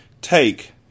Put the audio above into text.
Take